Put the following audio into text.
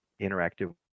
interactive